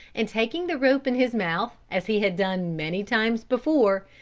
and taking the rope in his mouth as he had done many times before,